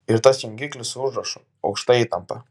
ir tas jungiklis su užrašu aukšta įtampa